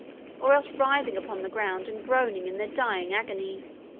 or else writhing upon the ground, and groaning in their dying agonies.